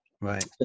Right